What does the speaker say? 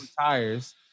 tires